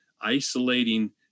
isolating